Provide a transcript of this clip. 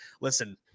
listen